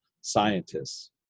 scientists